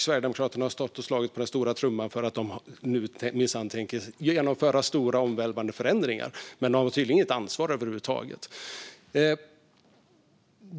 Sverigedemokraterna har stått och slagit på stora trumman för att de nu minsann tänker genomföra stora, omvälvande förändringar, men de har tydligen inget ansvar över huvud taget.